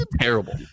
Terrible